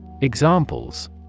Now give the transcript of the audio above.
Examples